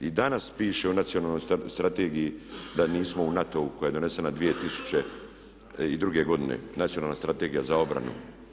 I danas piše u Nacionalnoj strategiji da nismo u NATO-u koja je donesena 2002. godine, Nacionalna strategija za obranu.